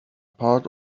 part